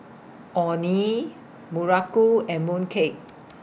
Orh Nee Muruku and Mooncake